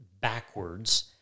backwards